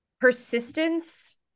persistence